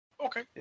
Okay